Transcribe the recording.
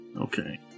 okay